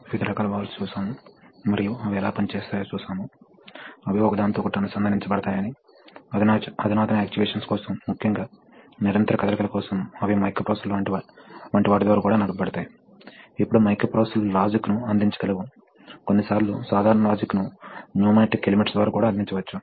కీవర్డ్లు reciprocating circuits regenerative circuits solenoid relief valve check valve extension stroke ఇప్పుడు మనం తరువాతి ఉదాహరణకి వెళ్దాం